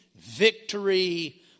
victory